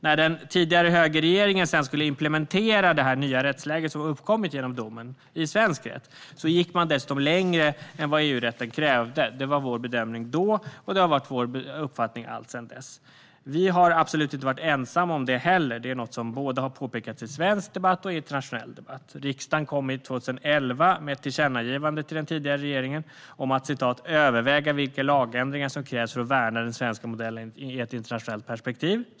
När den tidigare högerregeringen sedan skulle implementera det nya rättsläge som uppkommit genom domen i svensk rätt gick man dessutom längre än vad EU-rätten krävde. Det var vår bedömning då, och det har varit vår uppfattning alltsedan dess. Vi har absolut inte varit ensamma om det heller. Det är något som har påpekats i både svensk och internationell debatt. Riksdagen kom 2011 med ett tillkännagivande till den tidigare regeringen om att "överväga vilka lagändringar som krävs för att värna den svenska modellen i ett internationellt perspektiv".